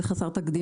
זה חסר תקדים במשק.